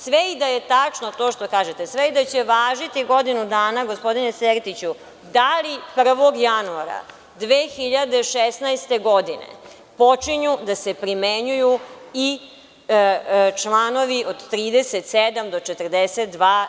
Sve i da je tačno to što kažete, sve i da će važiti godinu dana, gospodine Sertiću, da li 1. januara 2016. godine počinju da se primenjuju i članovi od 37. do 42.